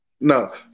No